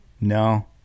No